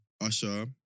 Usher